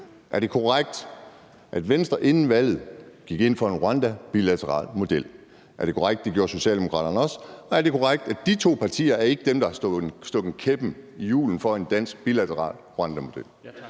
Er det korrekt, at Venstre inden valget gik ind for en bilateral rwandamodel? Er det korrekt, at det gjorde Socialdemokraterne også? Og er det korrekt, at de to partier ikke er dem, der har stukket en kæp i hjulet for en dansk bilateral rwandamodel?